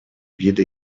виды